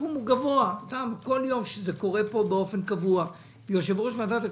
סכומים ששולמו מקופת גמל לקצבה לעמית עצמאי